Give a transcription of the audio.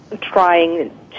trying